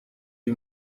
uyu